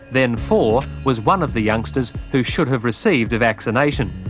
then four, was one of the youngsters who should have received a vaccination.